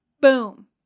boom